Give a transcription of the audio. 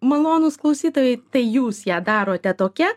malonūs klausytojai tai jūs ją darote tokia